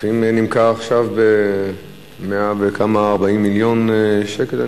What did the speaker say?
נמכרו עכשיו ב-100 וכמה מיליון שקל,